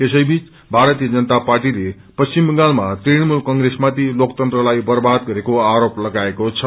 यसैबीच भारतीय जनता पार्टीले पश्चिम बंगालमा तृणमूल कंश्रेसमाथि लोकतन्त्रलाई बर्वाद गरेको आरोप लगाएको छ